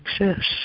exists